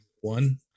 one